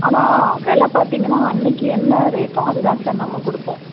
ஆனா வெலை பார்த்திங்கன்னா அன்றைக்கி என்ன ரேட்டோ அதுதான் சார் நம்ம கொடுப்போம்